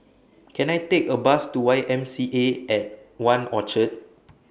Can I Take A Bus to Y M C A At one Orchard